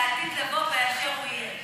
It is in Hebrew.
שלי לעתיד לבוא באשר הוא יהיה.